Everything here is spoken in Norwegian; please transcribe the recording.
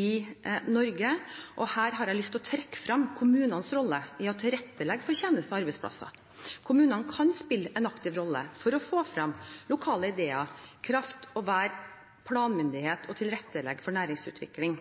i Norge. Her har jeg lyst til å trekke frem kommunenes rolle i å tilrettelegge for tjenester og arbeidsplasser. Kommunene kan spille en aktiv rolle for å få frem lokale ideer, i kraft av å være planmyndighet og tilrettelegger for næringsutvikling.